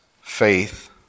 faith